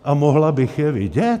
A mohla bych je vidět?